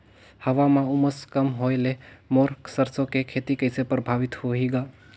हवा म उमस कम होए ले मोर सरसो के खेती कइसे प्रभावित होही ग?